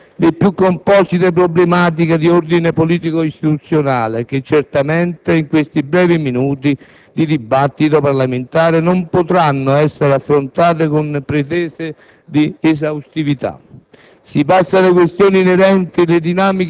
Dalla specifica vicenda sono affiorate le più composite problematiche di ordine politico-istituzionale, che, certamente, in questi brevi minuti di dibattito parlamentare, non potranno essere affrontate con pretese di esaustività.